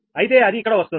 అయితే అది ఇక్కడ వస్తుంది